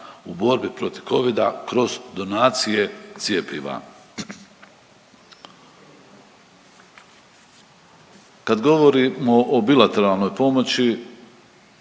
u borbi protiv Covida kroz donacije cjepiva. Kad govorimo o bilateralnoj pomoći